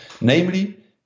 namely